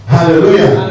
Hallelujah